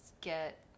get